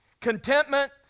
Contentment